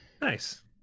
Nice